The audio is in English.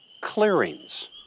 clearings